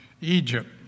Egypt